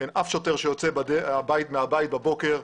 אין אף שוטר שיוצא מהבית בבוקר,